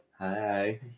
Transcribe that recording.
Hi